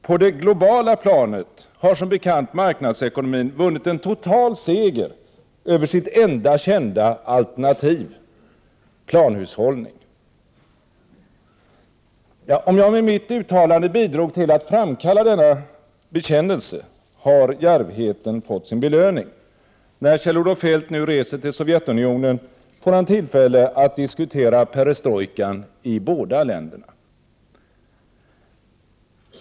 —-—- På det globala planet har som bekant marknadsekonomin vunnit en total seger över sitt enda kända alternativ, planhushållning.” Om jag med mitt uttalande bidrog till att framkalla denna bekännelse, har djärvheten fått sin belöning. När Kjell-Olof Feldt nu reser till Sovjetunionen, får han tillfälle att diskutera perestrojkan i båda länderna.